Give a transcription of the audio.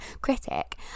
critic